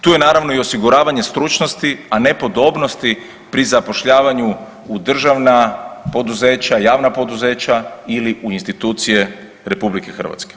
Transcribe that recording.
Tu je naravno, i osiguravanje stručnosti, a ne podobnosti pri zapošljavanju u državna poduzeća, javna poduzeća ili u institucije RH.